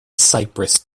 cypress